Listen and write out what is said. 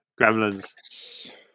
Gremlins